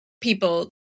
people